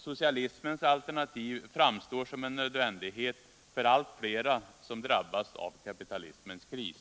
Socialismens alternativ framstår som en nödvändighet för allt flera som drabbas av kapitalismens kris.